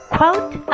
Quote